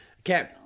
Okay